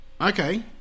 Okay